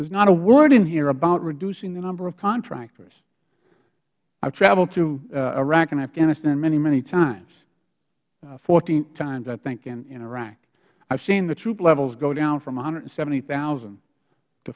is not a word in here about reducing the number of contractors i have traveled to iraq and afghanistan many many times fourteen times i think in iraq i have seen the troop levels go down from one hundred and seventy thousand to